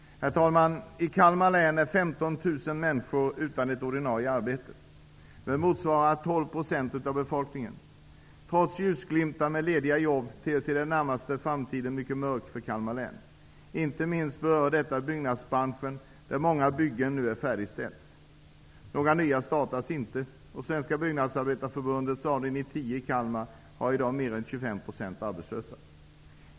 Herr talman! I Kalmar län är 15 000 människor utan ett ordinarie arbete. Det motsvarar 12 % av befolkningen. Trots ljusglimtar med lediga jobb ter sig den närmaste framtiden mycket mörk för Kalmar län. Inte minst berör detta byggnadsbranschen där många byggen nu färdigställs. Några nya startas inte. Svenska Kalmar har i dag mer än 25 % arbetslösa.